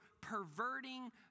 perverting